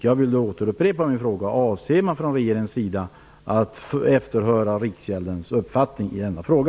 Jag vill upprepa min fråga: Avser man från regeringens sida att efterhöra Riksgäldskontorets uppfattning i denna fråga?